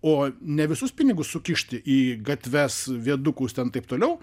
o ne visus pinigus sukišti į gatves viadukus ten taip toliau